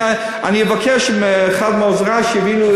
אני אבקש שאחד מעוזרי יביא,